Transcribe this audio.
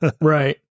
right